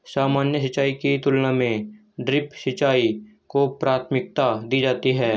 सामान्य सिंचाई की तुलना में ड्रिप सिंचाई को प्राथमिकता दी जाती है